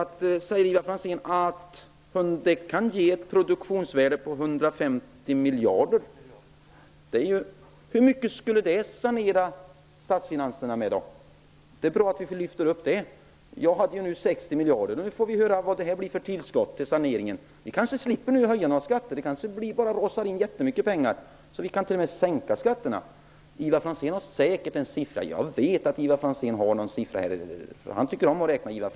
Ivar Franzén talade om ett produktionsvärde på 150 miljarder. Hur mycket skulle det sanera statsfinanserna med? Jag talade om 60 miljarder. Nu vill vi höra vad de 150 miljarderna blir för tillskott till saneringen. Vi slipper kanske att höja några skatter. Det kanske rasar in jättemycket pengar, så mycket att vi t.o.m. kan sänka skatterna. Ivar Franzén kan säkert presentera en siffra. Jag vet att Ivar Franzén har en siffra. Han tycker om att räkna.